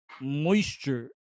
moisture